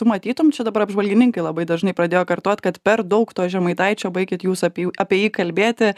tu matytum čia dabar apžvalgininkai labai dažnai pradėjo kartot kad per daug to žemaitaičio baikit jūs apie apie jį kalbėti